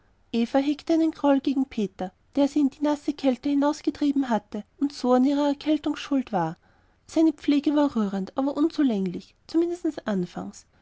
einen groll gegen peter der sie in die nasse kälte hinausgetrieben hatte und so an ihrer erkrankung schuld war seine pflege war rührend aber unzulänglich mindestens anfangs